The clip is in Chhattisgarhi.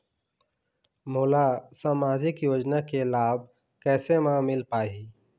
मोला सामाजिक योजना के लाभ कैसे म मिल पाही?